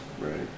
Right